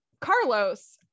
Carlos